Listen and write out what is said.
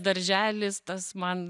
darželis tas man